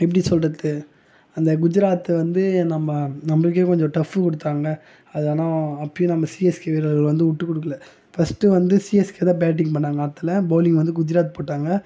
எப்படி சொல்கிறது அந்த குஜராத் வந்து நம்ம நம்மளுக்கே கொஞ்சம் டஃபு கொடுத்தாங்க அது ஆனால் அப்போயும் நம்ம சிஎஸ்கே வீரர்கள் வந்து விட்டுக்குடுக்கல ஃபஸ்ட்டு வந்து சிஎஸ்கே தான் பேட்டிங் பண்ணாங்கள் அதில் பவுலிங் வந்து குஜராத் போட்டாங்கள்